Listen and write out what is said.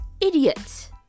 idiot